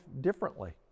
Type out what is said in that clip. differently